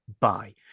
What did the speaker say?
bye